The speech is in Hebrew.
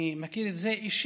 אני מכיר את זה אישית,